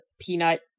peanut